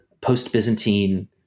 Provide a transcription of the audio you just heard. post-Byzantine